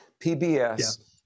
PBS